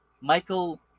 Michael